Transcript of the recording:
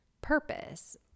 purpose